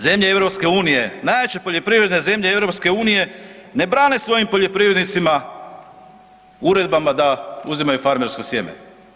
EU, zemlje EU-a, najjače poljoprivredne zemlje EU-a ne brane svojim poljoprivrednicima uredbama da uzimaju farmersko sjeme.